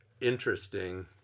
interesting